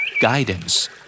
Guidance